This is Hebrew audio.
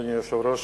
אדוני היושב-ראש,